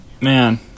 Man